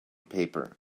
paper